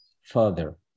further